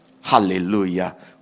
Hallelujah